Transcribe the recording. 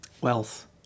wealth